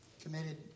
committed